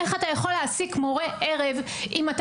איך אתה יכול להעסיק מורה ערב אם אתה